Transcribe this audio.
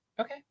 Okay